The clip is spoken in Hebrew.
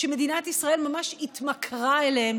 שמדינת ישראל ממש התמכרה אליהם,